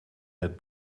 met